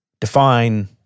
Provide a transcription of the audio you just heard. define